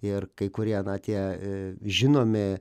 ir kai kurie na tie žinomi